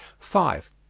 five.